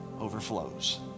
overflows